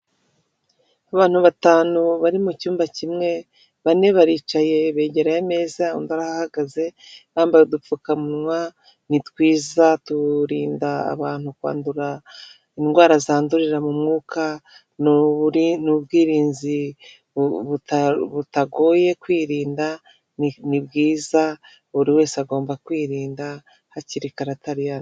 Abantu batanu bari mu cyumba kimwe, bane baricaye begereye ameza undi arahagaze, bambaye udupfukamunwa ni twiza, turinda abantu kwandura indwara zandurira mu mwuka. Ni ubwirinzi butagoye kwirinda ni bwiza buri wese agomba kwirinda hakiri kare atari,